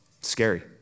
Scary